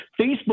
Facebook